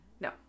No